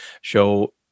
show